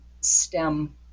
STEM